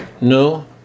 No